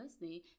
listening